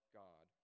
god